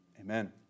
Amen